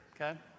Okay